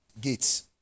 Gates